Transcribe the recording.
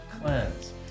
Cleanse